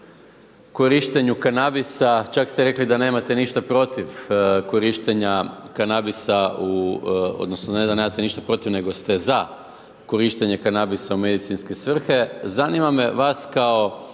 korištenju kanabisa, čak ste rekli da nemate ništa protiv korištenja kanabisa odnosno ne da nemate ništa protiv, nego ste ZA korištenje kanabisa u medicinske svrhe, zanima me, vas kao,